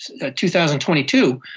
2022